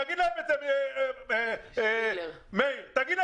תגיד להם את זה, מאיר שפיגלר.